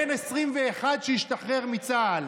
בן 21 שהשתחרר מצה"ל.